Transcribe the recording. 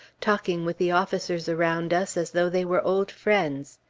talking with the officers around us as though they were old friends.